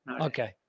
Okay